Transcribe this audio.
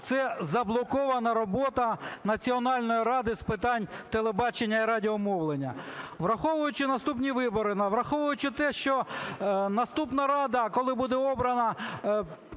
це заблокована робота Національної ради з питань телебачення і радіомовлення. Враховуючи наступні вибори, враховуючи те, що наступна Рада, коли буде обрана,